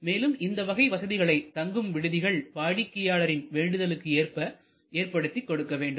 மேலும் இந்த வகை வசதிகளை தங்கும் விடுதிகள் வாடிக்கையாளரின் வேண்டுதலுக்கு ஏற்ப ஏற்படுத்திக் கொடுக்க வேண்டும்